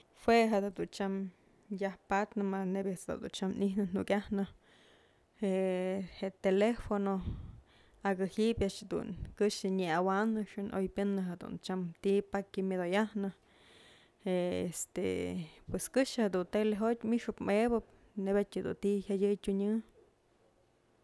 Jue jedun tyam yajpatnë ma'a nebyë ëjt's dun tyam i'jnë jukyajnë je'e telefono jakajybyë a'ax këxë nya'awanëxën oypyënë jedun tyam ti'i pakya modoyajnë je'e este pues këxë dun tele jotyë mixëp mëbëp nebyat dun ti'i jyatyë tyunyë.